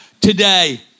today